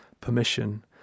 permission